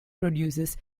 produces